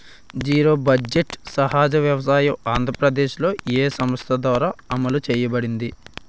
Zero budget సహజ వ్యవసాయం ఆంధ్రప్రదేశ్లో, ఏ సంస్థ ద్వారా అమలు చేయబడింది?